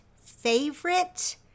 favorite